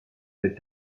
les